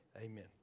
Amen